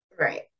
Right